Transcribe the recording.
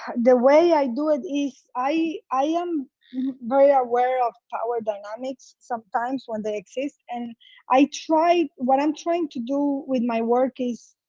the way i do it is i i am very aware of power dynamics sometimes when they exist and i try, what i'm trying to do with my work is